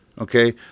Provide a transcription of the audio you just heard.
Okay